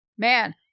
Man